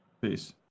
Peace